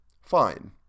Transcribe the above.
Fine